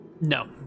no